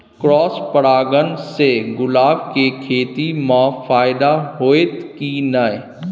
Cross परागण से गुलाब के खेती म फायदा होयत की नय?